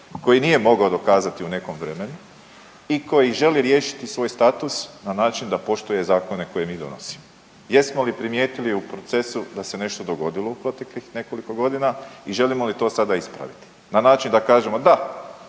koji nije mogao dokazati u nekom vremenu i koji želi riješiti svoj status na način da poštuje zakone koje mi donosimo. Jesmo li primijetili u procesu da se nešto dogodilo u proteklih nekoliko godina i želimo li to sada ispraviti na način da kažemo da,